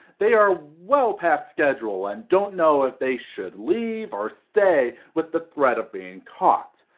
they are well pass schedule and don't know if they should leave or stay with the threat of being caught.